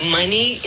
money